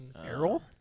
Errol